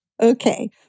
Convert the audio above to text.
Okay